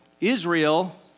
Israel